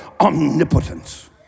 omnipotence